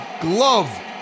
glove